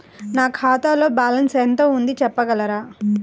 నా ఖాతాలో బ్యాలన్స్ ఎంత ఉంది చెప్పగలరా?